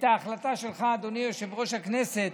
על ההחלטה שלך, אדוני יושב-ראש הכנסת,